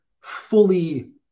fully